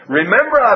Remember